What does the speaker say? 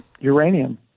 uranium